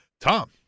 Tom